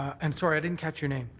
and sorry i didn't catch your name.